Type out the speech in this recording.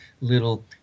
little